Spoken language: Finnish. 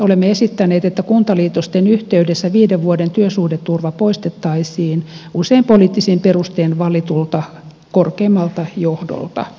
olemme esittäneet että kuntaliitosten yhteydessä viiden vuoden työsuhdeturva poistettaisiin usein poliittisin perustein valitulta korkeimmalta johdolta